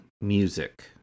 music